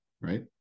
right